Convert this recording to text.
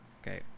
Okay